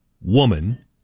woman